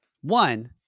One